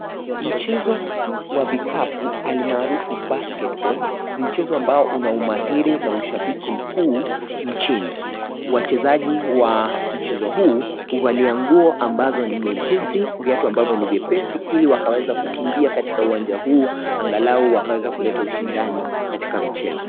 Mchezo wa vikapu almaarufu basketball ni mchezo ambao una umahiri na ushabiki mkuu nchini, wachezaji wa mchezo huu huvalia nguo ambazo ni nyepesi viatu ambavyo ni vyepesi ili wakaweza kukimbia katika uwanja huu angalau wakaweza kuleta ushindani katika mchezo.